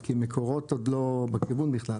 כי מקורות עוד לא בכיוון בכלל,